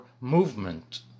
movement